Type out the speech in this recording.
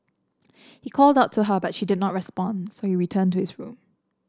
he called out to her but she did not responds so he returned to his room